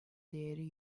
değeri